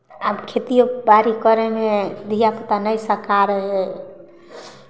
आब खेतिओ बाड़ी करयमे धिआपुता नहइ सकारै हइ